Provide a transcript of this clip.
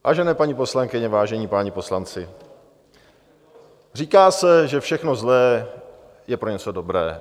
Vážené paní poslankyně, vážení páni poslanci, říká se, že všechno zlé je pro něco dobré.